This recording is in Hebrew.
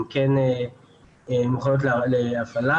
הן כן מוכנות להפעלה,